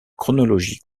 chronologie